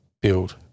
build